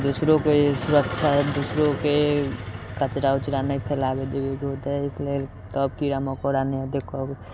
दोसरोके सुरक्षा दोसरोके कचरा उचरा नहि फैलाबे देबेके होतै इसलिए तब कीड़ा मकोड़ा नहि हेतै